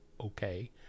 okay